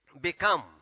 become